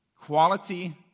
Quality